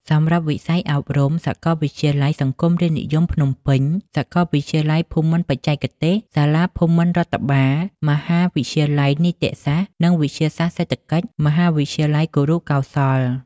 សម្រាប់វិស័យអប់រំ សាកលវិទ្យាល័យសង្គមរាស្ត្រនិយមភ្នំពេញ, សាកលវិទ្យាល័យភូមិន្ទបច្ចេកទេស, សាលាភូមិន្ទរដ្ឋបាល, មហាវិទ្យាល័យនីតិសាស្ត្រ និងវិទ្យាសាស្ត្រសេដ្ឋកិច្ច, មហាវិទ្យាល័យគរុកោសល្យ។